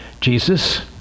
Jesus